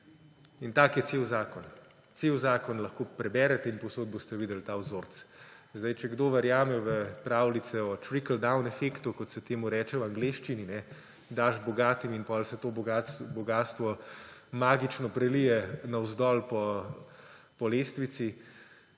In tak je cel zakon. Cel zakon lahko preberete in povsod boste videli ta vzorec. Če kdo verjame v pravljice o trickle-down efektu, kot se temu reče v angleščini, daš bogatim in potem se to bogastvo magično prelije navzdol po lestvici